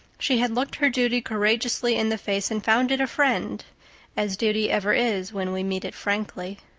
she had looked her duty courageously in the face and found it a friend as duty ever is when we meet it frankly.